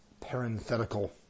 parenthetical